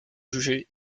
jugés